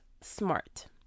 smart